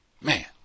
Man